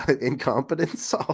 Incompetence